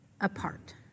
apart